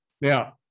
now